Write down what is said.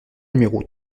numéro